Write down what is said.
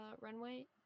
runway